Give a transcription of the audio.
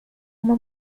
uma